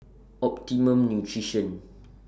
Optimum Nutrition